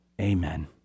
Amen